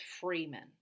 Freeman